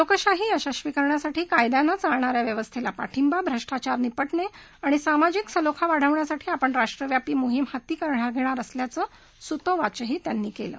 क्रीकशाही यशस्वी करण्यासाठी कायद्यानच्चालणा या व्यवस्थळी पाठिंबा भ्रष्टाचार निपटणआणि सामाजिक सलोखा वाढवण्यासाठी आपण राष्ट्रव्यापी मोहीम सुरू करणार असल्याचं सूतोवाचही त्यांनी कलि